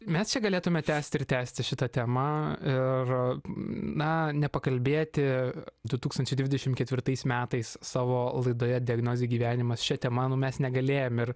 mes čia galėtume tęsti ir tęsti šitą temą ir na nepakalbėti du tūkstančiai dvidešim ketvirtais metais savo laidoje diagnozė gyvenimas šia tema nu mes negalėjom ir